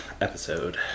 episode